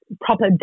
proper